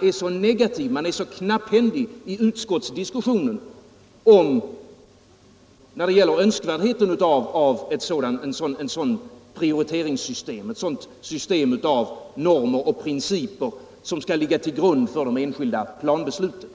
utskottet är så knapphändigt i sin diskussion om önskvärdheten av ett system av normer och principer som skall ligga till grund för de enskilda planbesluten.